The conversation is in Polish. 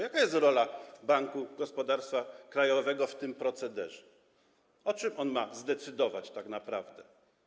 Jaka jest rola Banku Gospodarstwa Krajowego w tym procederze, o czym on ma zdecydować tak naprawdę?